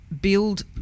build